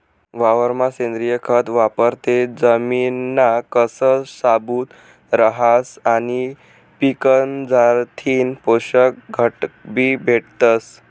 वावरमा सेंद्रिय खत वापरं ते जमिनना कस शाबूत रहास आणि पीकमझारथीन पोषक घटकबी भेटतस